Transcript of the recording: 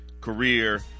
career